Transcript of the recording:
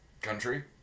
country